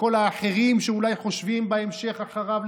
וכל האחרים שאולי חושבים בהמשך אחריו,